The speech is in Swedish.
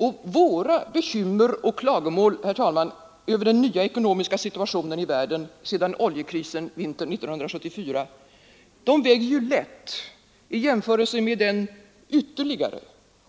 Och våra bekymmer och klagomål, herr talman, över den nya ekonomiska situationen i världen efter oljekrisen vintern 1974 väger lätt i jämförelse med den ytterligare